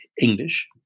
English